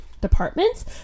departments